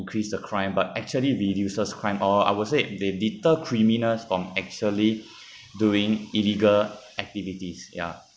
increase the crime but actually reduces crime or I will say they deter criminals from actually doing illegal activities ya